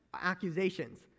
accusations